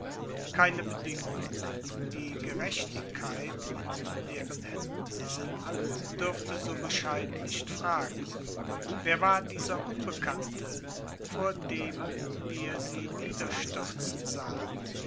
keine bedingungen die gerechtigkeit in deren händen sie sind dürfte so bescheiden nicht fragen wer war dieser unbekannte vor dem wir sie niederstürzen sahen